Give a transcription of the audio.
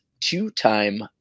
two-time